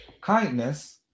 kindness